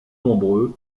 nombreux